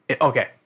okay